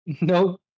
No